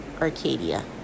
Arcadia